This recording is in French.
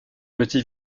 petit